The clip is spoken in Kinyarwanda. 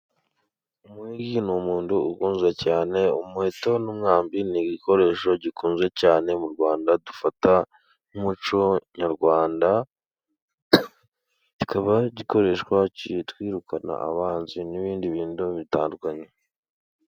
Umuhigi ni umuntu ukunzwe cyane. Umuheto n'umwambi ni igikoresho gikunzwe cyane mu Rwanda dufata nk'umuco nyarwanda. Bikaba bikoreshwa twirukana abanzi n'ibindi bintu bitandukanye.